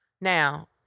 Now